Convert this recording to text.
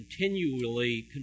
continually